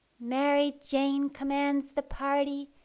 mary jane commands the party,